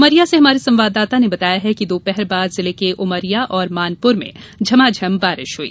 उमरिया से हमारे संवाददाता ने बताया है कि दोपहर बाद जिले के उमरिया और मानपूर में झमाझम बारिश हई